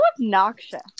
obnoxious